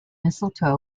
mistletoe